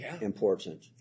important